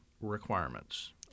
requirements